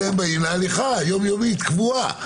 אלא הם באים להליכה יום-יומית קבועה,